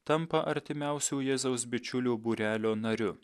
tampa artimiausių jėzaus bičiulių būrelio nariu